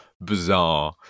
bizarre